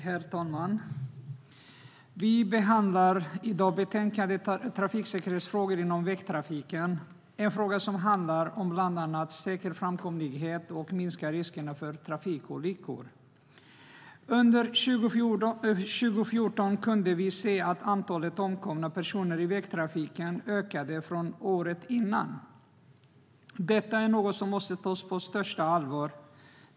Herr talman! Vi behandlar i dag ett betänkande om trafiksäkerhetsfrågor inom vägtrafiken. Det är en fråga som bland annat handlar om säker framkomlighet och om att minska riskerna för trafikolyckor. Under 2014 kunde vi se att antalet omkomna personer i vägtrafiken ökade jämfört med året före. Detta är något som måste tas på största allvar.